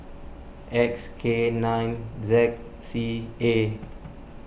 X K nine Z C A